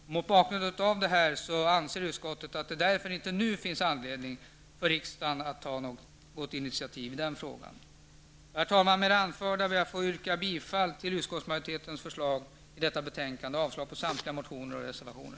Mot den bakgrunden anser utskottet att det nu inte finns någon anledning för riksdagen att ta ett initiativ i den frågan. Herr talman! Med det anförda yrkar jag bifall till utskottets hemställan i detta betänkande och avslag på samtliga motioner och reservationer.